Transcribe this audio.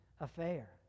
affair